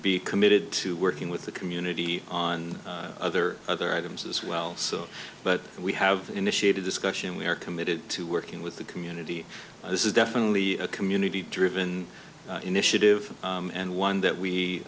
be committed to working with the community on other other items as well so but we have initiated discussion we are committed to working with the community this is definitely a community driven initiative and one that we